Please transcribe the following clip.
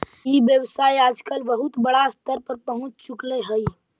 ई व्यवसाय आजकल बहुत बड़ा स्तर पर पहुँच चुकले हइ